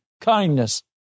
kindness